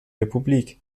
republik